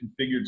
configured